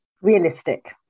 realistic